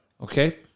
Okay